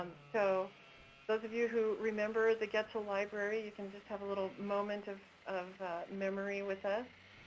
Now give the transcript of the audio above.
um so those of you who remember the getchell library, you can just have a little moment of of memory with us.